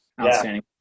outstanding